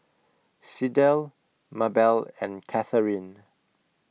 Sydell Mabell and Katheryn